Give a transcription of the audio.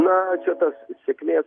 na čia tas sėkmės